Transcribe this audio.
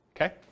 okay